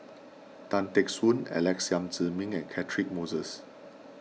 Tan Teck Soon Alex Yam Ziming and Catchick Moses